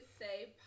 say